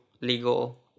legal